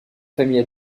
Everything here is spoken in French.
famille